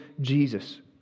Jesus